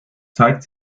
zeigt